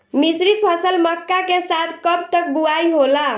मिश्रित फसल मक्का के साथ कब तक बुआई होला?